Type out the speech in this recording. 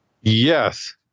Yes